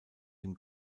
dem